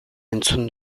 entzun